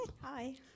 Hi